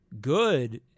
good